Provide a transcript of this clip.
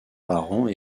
parents